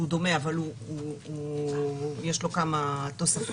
שהוא דומה אבל יש לו כמה תוספות.